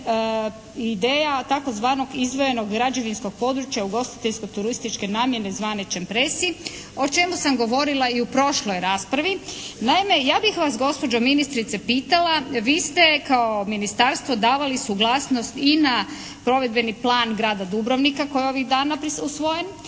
ideja tzv. izdvojenog građevinskog područja ugostiteljsko-turističke namjene zvane čempresi o čemu sam govorila i u prošloj raspravi. Naime, ja bih vas gospođo ministrice pitala. Vi ste kao ministarstvo davali suglasnost INA provedbeni plan grada Dubrovnika koji je ovaj dana usvojen,